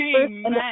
Amen